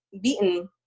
beaten